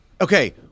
okay